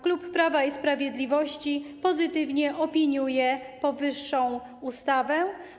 Klub Prawa i Sprawiedliwości pozytywnie opiniuje powyższą ustawę.